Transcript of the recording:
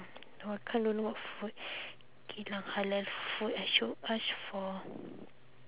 no I can't don't know what food geylang halal food I should ask for